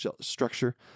structure